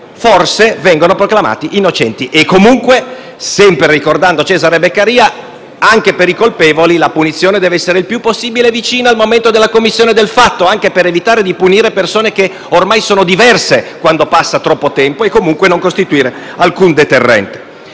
forse vengono proclamati innocenti. Comunque, sempre ricordando Cesare Beccaria, anche per i colpevoli la punizione deve essere il più possibile vicina al momento della commissione del fatto, anche per evitare di punire persone che ormai sono diverse quando passa troppo tempo, e comunque non costituire alcun deterrente.